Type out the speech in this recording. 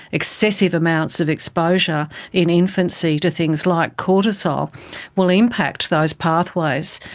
excessive amounts of exposure in infancy to things like cortisol will impact those pathways.